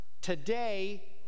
today